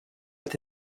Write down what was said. with